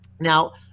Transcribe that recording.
Now